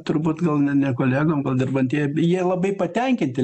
turbūt gal ne ne kolegom gal dirbantieji jie labai patenkinti